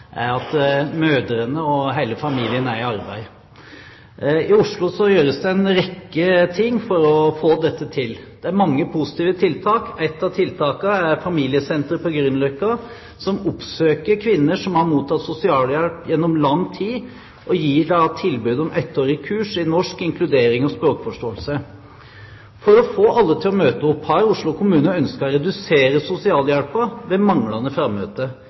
mødrene og hele familien er i arbeid. I Oslo gjøres det en rekke ting for å få dette til. Det er mange positive tiltak. Ett av tiltakene er på Familiesenteret på Grünerløkka, som oppsøker kvinner som har mottatt sosialhjelp gjennom lang tid, og gir tilbud om ettårig kurs i norsk, inkludering og språkforståelse. For å få alle til å møte opp har Oslo kommune ønsket å redusere sosialhjelpen ved manglende frammøte.